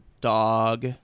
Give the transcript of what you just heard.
dog